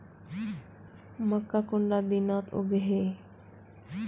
मक्का कुंडा दिनोत उगैहे?